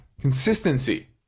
Consistency